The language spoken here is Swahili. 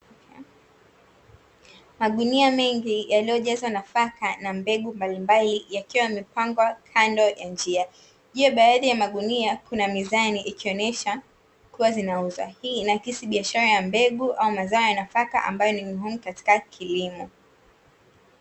Magunia mengi yaliyojazwa nafaka na mbegu mbalimbali yakiwa yamepangwa kando ya njia. Juu ya baadhi ya magunia kuna mizani ikionyesha kuwa zinauzwa. Hii inakisi baishara ya mbegu au mazao ya nafaka ambayo ni muhimu katika kilimo.